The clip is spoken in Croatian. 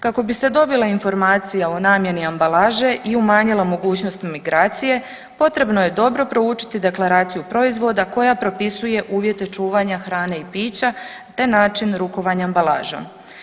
Kako bi se dobila informacija o namjeni ambalaže i umanjila mogućnost migracije potrebno je dobro proučiti deklaraciju proizvoda koja propisuje uvjete čuvanja hrane i pića te način rukovanja ambalažom.